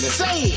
say